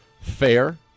fair